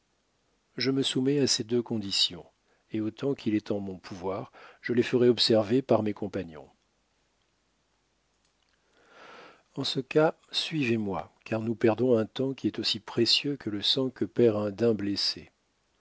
je me soumets à ces deux conditions et autant qu'il est en mon pouvoir je les ferai observer par mes compagnons en ce cas suivez-moi car nous perdons un temps qui est aussi précieux que le sang que perd un daim blessé